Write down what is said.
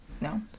No